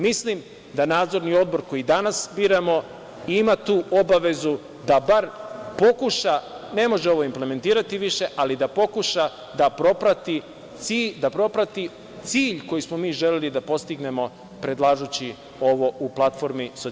Mislim da Nadzorni odbor koji danas biramo ima tu obavezu da bar pokuša, ne može ovo implementirati više, ali da pokuša da proprati cilj koji smo mi želeli da postignemo predlažući ovo u platformi SPS.